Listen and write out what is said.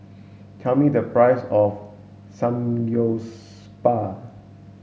tell me the price of Samgyeopsal